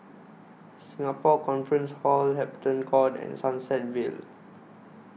Singapore Conference Hall Hampton Court and Sunset Vale